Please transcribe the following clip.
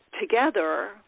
together